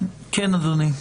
איתן מנדל.